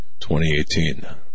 2018